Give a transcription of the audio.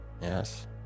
yes